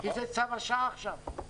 כי זה צו השעה עכשיו.